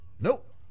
Nope